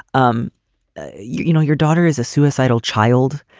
um you you know your daughter is a suicidal child.